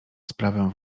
sprawę